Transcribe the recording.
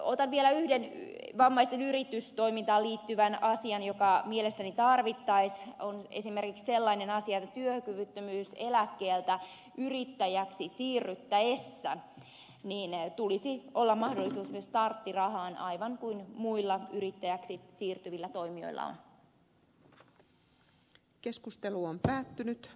otan vielä yhden vammaisten yritystoimintaan liittyvän asian joka mielestäni tarvittaisiin ja se on esimerkiksi sellainen asia että työkyvyttömyyseläkkeeltä yrittäjäksi siirryttäessä tulisi olla mahdollisuus myös starttirahaan aivan kuin muilla yrittäjäksi siirtyvillä toimijoilla on päättynyt